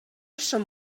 són